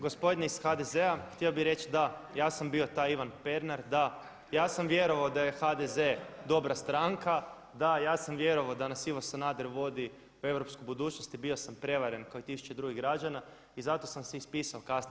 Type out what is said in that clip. Gospodine iz HDZ-a htio bi reći da sam ja bio taj Ivan Pernar, da ja sam vjerovao da je HDZ dobra stranka, da ja sam vjerovao da nas Ivo Sanader vodi u europsku budućnost i bio sam prevaren kao i tisuće drugih građana i zato sam se ispisao kasnije.